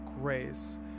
grace